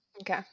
Okay